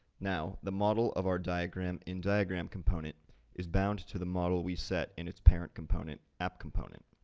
now, the model of our diagram in diagram component is bound to the model we set in its parent component, app component.